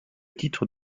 titre